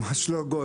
ממש לא.